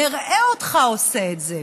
נראה אותך עושה את זה.